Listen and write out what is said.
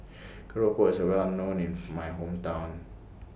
Keropok IS Well known in My Hometown